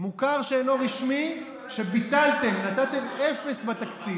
מוכר שאינו רשמי שביטלתם, נתתם אפס בתקציב.